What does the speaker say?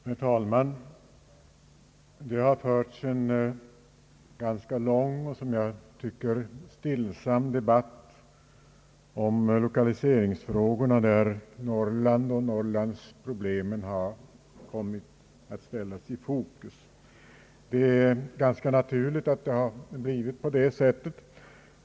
Herr talman! Det har förts en ganska lång och som jag tycker stillsam debatt om lokaliseringsfrågor, där Norrland och norrlandsproblemen kommit att ställas i fokus. Det är ganska naturligt att så har blivit fallet.